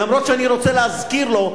אף-על-פי שאני רוצה להזכיר לו,